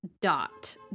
dot